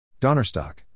Donnerstock